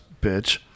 bitch